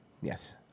Yes